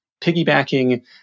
piggybacking